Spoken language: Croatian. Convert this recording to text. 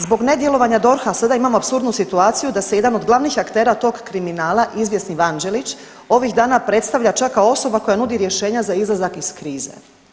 Zbog nedjelovanja DORH-a sada imamo apsurdnu situaciju da se jedan od glavnih aktera tog kriminala izvjesni Vanđelić ovih dana predstavlja čak kao osoba koja nudi rješenja za izlazak iz krize.